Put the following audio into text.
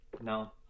No